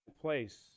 place